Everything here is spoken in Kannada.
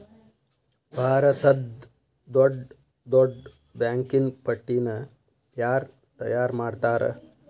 ಭಾರತದ್ದ್ ದೊಡ್ಡ್ ದೊಡ್ಡ್ ಬ್ಯಾಂಕಿನ್ ಪಟ್ಟಿನ ಯಾರ್ ತಯಾರ್ಮಾಡ್ತಾರ?